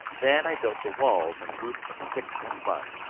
then i built the walls and roof of sticks and mud,